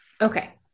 Okay